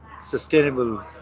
sustainable